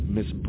Miss